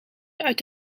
uit